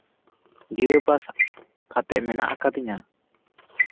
ᱜᱤᱨᱟᱹᱵᱟᱥ ᱠᱟᱛᱮᱜ ᱢᱮᱱᱟᱜ ᱠᱟᱫᱤᱧᱟ